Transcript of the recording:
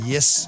Yes